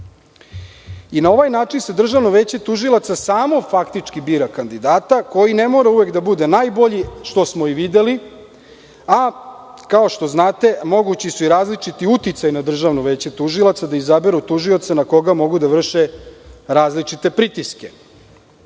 Na ovaj način Državno veće tužilaca samo faktički bira kandidata, koji ne mora uvek da bude najbolji, što smo i videli, a kao što znate, mogući su i različiti uticaji na Državno veće tužilaca da izaberu tužioca na koga mogu da vrše različite pritiske. Ministru